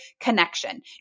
connection